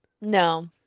No